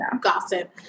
gossip